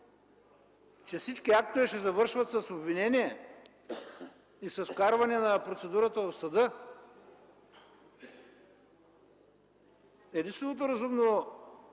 Че всички актове ще завършват с обвинение и вкарване на процедурата в съда ли?! Единственото разумно